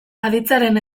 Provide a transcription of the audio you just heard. aditzaren